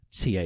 TA